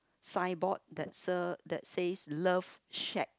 signboard that se~ that says love shack